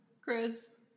Chris